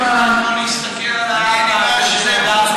אני לא יכול להסתכל על האבא הזה של הדר כהן.